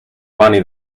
money